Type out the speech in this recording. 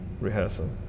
rehearsal